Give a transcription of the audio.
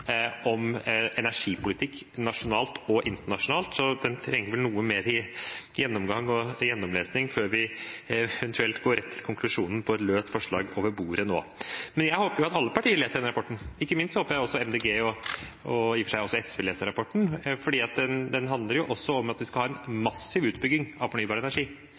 om energipolitikk, nasjonalt og internasjonalt, så en trenger vel noe mer gjennomgang og gjennomlesning istedenfor å gå rett til konklusjonen med et løst forslag over bordet nå. Men jeg håper at alle partier leser denne rapporten. Ikke minst håper jeg at MDG, og også i og for seg SV, leser rapporten, for den handler også om at vi skal ha en massiv utbygging av fornybar energi.